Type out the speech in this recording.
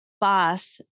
boss